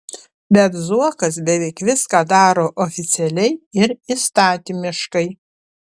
bet zuokas beveik viską daro oficialiai ir įstatymiškai